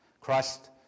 Christ